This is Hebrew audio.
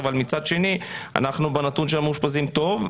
אבל מצד שני אנחנו בנתון של המאושפזים טוב,